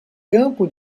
campo